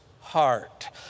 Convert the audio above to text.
heart